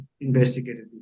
investigated